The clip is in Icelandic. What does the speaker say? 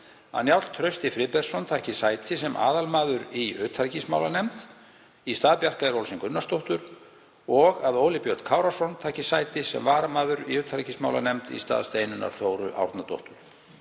Njáll Trausti Friðbertsson taki sæti sem aðalmaður í utanríkismálanefnd í stað Bjarkeyjar Olsen Gunnarsdóttur og Óli Björn Kárason taki sæti sem varamaður í utanríkismálanefnd í stað Steinunnar Þóru Árnadóttur.